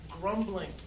grumbling